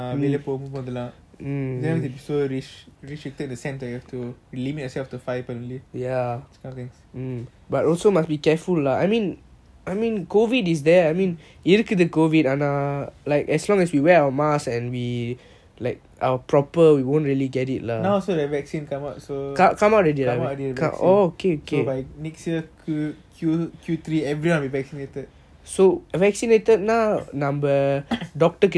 restricted in the sense that you have to limit yourself to five only this kind of thing now also the vaccine come out so come out already so by next year Q three everyone will be vaccinated so vaccinated அம்மா:aama so